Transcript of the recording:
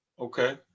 Okay